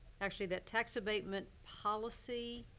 actually, that tax abatement policy.